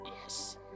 Yes